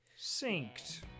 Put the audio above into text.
Synced